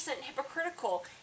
hypocritical